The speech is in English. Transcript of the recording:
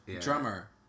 Drummer